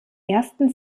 ersten